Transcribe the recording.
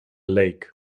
lake